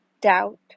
doubt